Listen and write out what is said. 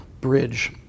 bridge